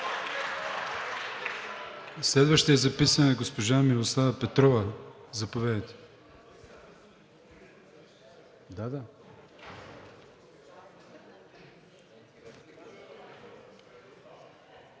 Следващият записан е госпожа Мирослава Петрова. Заповядайте.